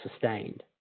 sustained